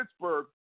Pittsburgh